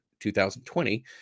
2020